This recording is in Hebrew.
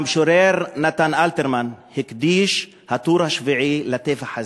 המשורר נתן אלתרמן הקדיש את "הטור השביעי" לטבח הזה,